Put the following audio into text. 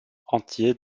entier